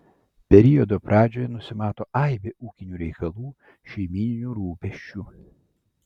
periodo pradžioje nusimato aibė ūkinių reikalų šeimyninių rūpesčių